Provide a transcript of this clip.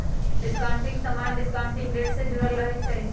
discounting समान्य discounting rate से जुरल रहै छइ